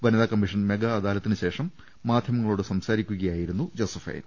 വനിതാ commission mega അദാലത്തിന് ശേഷം മാധ്യമങ്ങളോട് സംസാരിക്കുക യായിരുന്നു അവർ